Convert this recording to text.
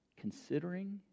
considering